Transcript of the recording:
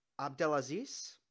Abdelaziz